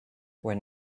when